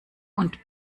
und